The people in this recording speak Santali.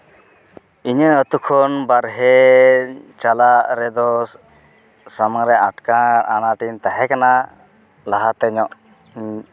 ᱤᱧᱟᱹᱜ ᱟᱹᱛᱩ ᱠᱷᱚᱱ ᱵᱟᱦᱨᱮ ᱪᱟᱞᱟᱜ ᱨᱮᱫᱚ ᱥᱟᱢᱟᱝ ᱨᱮ ᱟᱴᱠᱟ ᱟᱱᱟᱴ ᱨᱤᱧ ᱛᱟᱦᱮᱸ ᱠᱟᱱᱟ ᱞᱟᱦᱟᱛᱮ ᱧᱚᱜ